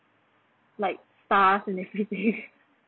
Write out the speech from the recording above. like stars and everything